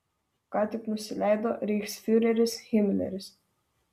ką tik nusileido reichsfiureris himleris